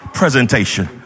presentation